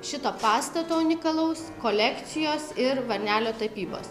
šito pastato unikalaus kolekcijos ir varnelio tapybos